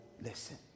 listen